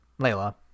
layla